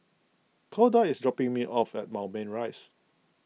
Koda is dropping me off at Moulmein Rise